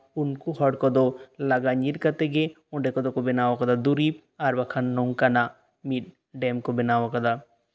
ᱩᱱᱠᱩ ᱦᱚᱲ ᱠᱚᱫᱚ ᱞᱟᱜᱟ ᱧᱤᱨ ᱠᱟᱛᱮᱫ ᱜᱮ ᱚᱸᱰᱮ ᱠᱚᱫᱚᱠᱚ ᱵᱮᱱᱟᱣ ᱟᱠᱟᱫᱟ ᱫᱩᱨᱤᱵ ᱟᱨ ᱵᱟᱝᱠᱷᱟᱱ ᱱᱚᱝᱠᱟᱱᱟᱜ ᱢᱤᱫ ᱰᱮᱢ ᱠᱚ ᱵᱮᱱᱟᱣ ᱟᱠᱟᱫᱟ